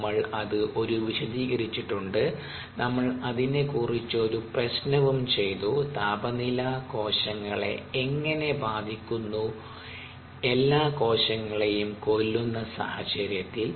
നമ്മൾ അത് ഒരു വിശദീകരിച്ചിട്ടുണ്ട് നമ്മൾ അതിനെ കുറിച്ചൊരു ഒരു പ്രശ്നവും ചെയ്തു താപനില കോശങ്ങളെ എങ്ങനെ ബാധിക്കുന്നു എല്ലാ കോശങ്ങളെയും കൊല്ലുന്ന സാഹചര്യത്തിൽ